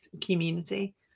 community